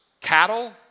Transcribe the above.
cattle